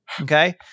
Okay